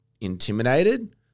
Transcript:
intimidated